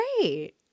great